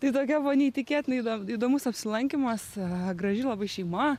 tai tokia buvo neįtikėtinai įdomus apsilankymas graži labai šeima